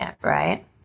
right